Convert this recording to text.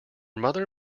mother